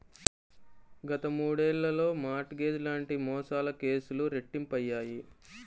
గత మూడేళ్లలో mortgage లాంటి మోసాల కేసులు రెట్టింపయ్యాయి